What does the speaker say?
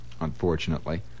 unfortunately